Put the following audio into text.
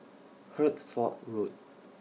Hertford Road